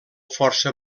força